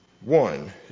One